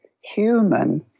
human